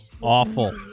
awful